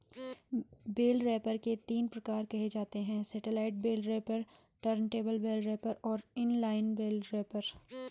bell wrapper के तीन प्रकार कहे जाते हैं satellite bale wrapper, turntable bale wrapper और इन लाइन बेल रैपर